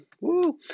Woo